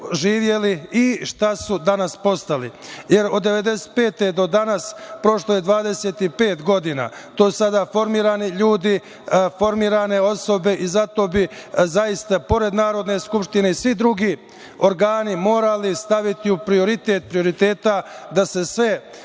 i šta su danas postali? Od 1995. godine, do danas je prošlo 25 godina i to su sada formirani ljudi, formirane osobe i zato bi zaista, pored Narodne skupštine i svi drugi organi morali staviti u prioritet prioriteta da se